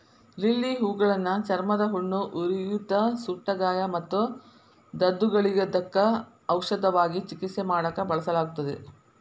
lily ಹೂಗಳನ್ನ ಚರ್ಮದ ಹುಣ್ಣು, ಉರಿಯೂತ, ಸುಟ್ಟಗಾಯ ಮತ್ತು ದದ್ದುಗಳಿದ್ದಕ್ಕ ಔಷಧವಾಗಿ ಚಿಕಿತ್ಸೆ ಮಾಡಾಕ ಬಳಸಲಾಗುತ್ತದೆ